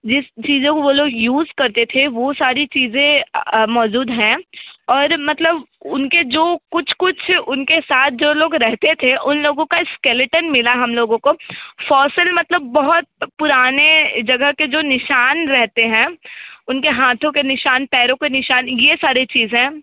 जिस चीज़ों को वो लोग यूज़ करते थे वह सारी चीज़ें मौजूद हैं और मतलब उनके जो कुछ कुछ उनके साथ जो लोग रहते थे उन लोगों का स्केलेटन मिला है हम लोगों को फॉसिल मतलब बहुत पुराने जगह के जो निशान रहते हैं उनके हाथों के निशान पैरों के निशान ये सारी चीज़ें